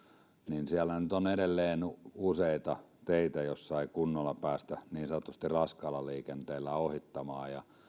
siellä nyt on edelleen useita teitä joilla ei kunnolla päästä niin sanotusti raskaalla liikenteellä ohittamaan